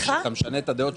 שאתה משנה את הדעות שלך?